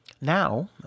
Now